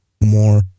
more